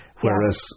Whereas